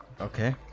Okay